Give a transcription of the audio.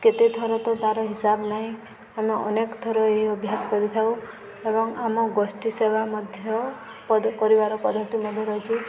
କେତେ ଥର ତ ତାର ହିସାବ ନାହିଁ ଆମେ ଅନେକ ଥର ଏହି ଅଭ୍ୟାସ କରିଥାଉ ଏବଂ ଆମ ଗୋଷ୍ଠୀ ସେବା ମଧ୍ୟ କରିବାର ପଦ୍ଧତି ମଧ୍ୟ ରହିଛି